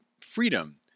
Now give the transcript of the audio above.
freedom